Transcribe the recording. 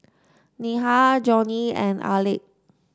Neha Johnie and Aleck